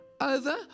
over